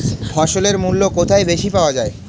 ফসলের মূল্য কোথায় বেশি পাওয়া যায়?